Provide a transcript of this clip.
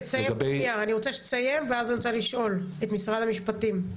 אני רוצה שתסיים ואז אני רוצה לשאול את משרד המשפטים,